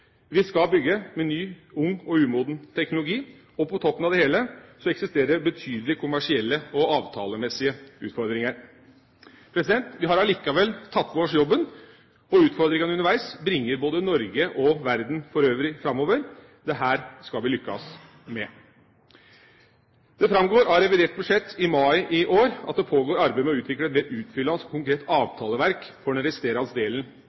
Vi skal bygge med ny, ung og umoden teknologi. Og på toppen av det hele eksisterer det betydelige kommersielle og avtalemessige utfordringer. Vi har allikevel tatt på oss jobben, og utfordringene underveis bringer både Norge og verden for øvrig framover. Dette skal vi lykkes med. Det framgår av revidert budsjett i mai år at det pågår arbeid med å utvikle et mer utfyllende og konkret avtaleverk for den resterende delen